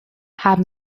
haben